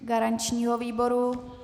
Garančního výboru?